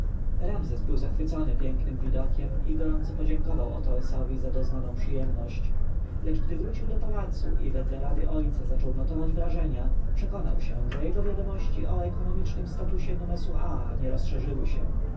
dalej ramzes był zachwycony pięknym widokiem i gorąco dziękował otoesowi za doznawaną przyjemność lecz gdy wrócił do pałacu i wedle rady ojca zaczął notować wrażenia przekonał się że jego wiadomości o ekonomicznym stanie nomesu aa nie rozszerzyły się